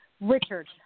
Richard